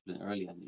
earlier